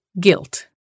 Guilt